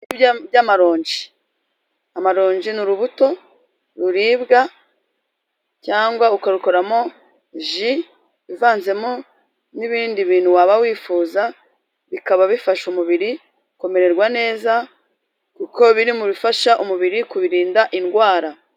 Ibiti by'amaronji .Amaronji ni urubuto ruribwa cyangwa ukarukoramo ji ivanzemo n'ibindi bintu waba wifuza bikaba bifasha umubiri kumererwa neza kuko biri mu bifasha umubiri kubirinda indwara.